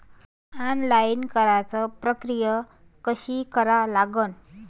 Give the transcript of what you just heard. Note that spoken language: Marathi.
ऑनलाईन कराच प्रक्रिया कशी करा लागन?